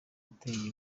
yateye